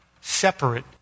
separate